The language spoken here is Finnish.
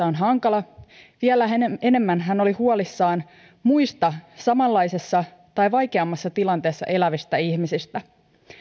on hankala vielä enemmän enemmän hän oli huolissaan muista samanlaisessa tai vaikeammassa tilanteessa elävistä ihmisistä